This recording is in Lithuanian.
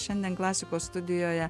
šiandien klasikos studijoje